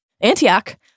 Antioch